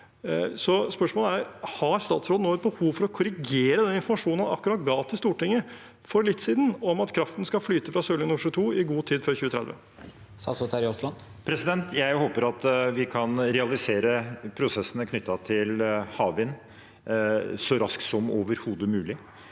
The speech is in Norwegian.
Så spørsmålet er: Har statsråden nå et behov for å korrigere den informasjonen han akkurat ga til Stortinget om at kraften skal flyte fra Sørlige Nordsjø II i god tid før 2030? Statsråd Terje Aasland Jeg håper at vi kan realisere prosessene knyttet til havvind så raskt som overhodet mulig.